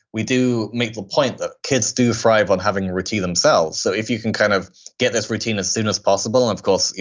we do make the point that kids do thrive on having routine themselves. so if you can kind of get this routine as soon as possible, and of course,